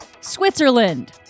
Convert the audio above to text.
Switzerland